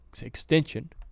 extension